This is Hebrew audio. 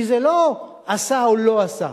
כי זה לא עשה או לא עשה,